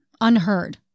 unheard